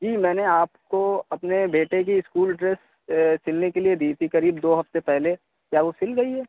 جی میں نے آپ کو اپنے بیٹے کی اسکول ڈریس سلنے کے لیے دی تھی قریب دو ہفتے پہلے کیا وہ سل گئی ہے